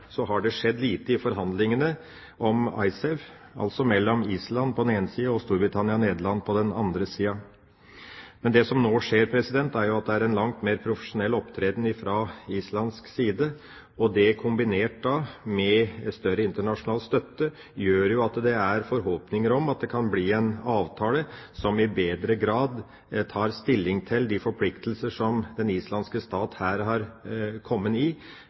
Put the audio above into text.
har det skjedd lite i forhandlingene om IceSave, altså forhandlingene mellom Island på den ene sida og Storbritannia og Nederland på den andre sida. Men det som nå skjer, er at det er en langt mer profesjonell opptreden fra islandsk side. Det, kombinert med større internasjonal støtte, gjør at det er forhåpninger om at det kan bli en avtale som i større grad tar stilling til de forpliktelser som den islandske stat har kommet i.